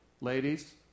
Ladies